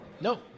No